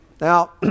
Now